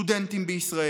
סטודנטים בישראל.